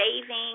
saving